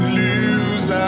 lose